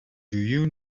you